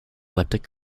elliptic